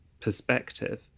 perspective